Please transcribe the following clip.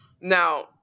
Now